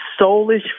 soulish